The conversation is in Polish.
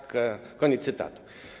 Koniec cytatu.